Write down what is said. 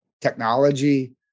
technology